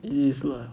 is lah